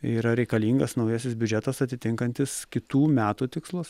yra reikalingas naujasis biudžetas atitinkantis kitų metų tikslus